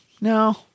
no